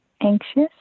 anxious